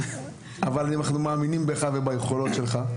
אבל אנחנו מאמינים בך וביכולות שלך.